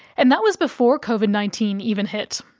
and that was before covid nineteen even hit.